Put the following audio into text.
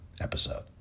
episode